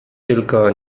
tylko